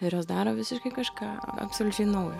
ir jos daro visiškai kažką absoliučiai naujo